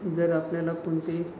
जर आपल्याला कोणते